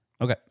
Okay